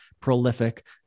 prolific